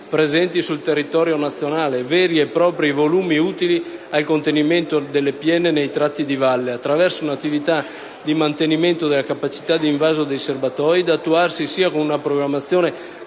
presenti sul territorio nazionale, veri e propri volumi utili al contenimento delle piene nei tratti di valle, attraverso un'attività di mantenimento della capacità di invaso dei serbatoi, da attuarsi sia con una programmazione